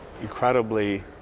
incredibly